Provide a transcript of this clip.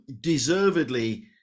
deservedly